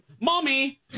Mommy